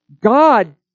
God